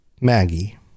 Maggie